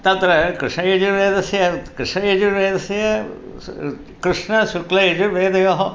तत्र कृष्णयजुर्वेदस्य कृष्णयजुर्वेदस्य स् कृष्णशुक्लयजुर्वेदयोः